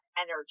energy